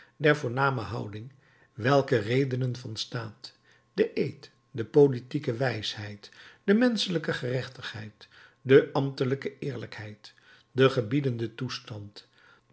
der voorname houding welke redenen van staat de eed de politieke wijsheid de menschelijke gerechtigheid de ambtelijke eerlijkheid de gebiedende toestand